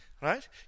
right